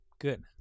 Good